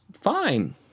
fine